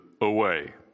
away